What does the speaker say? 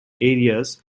areas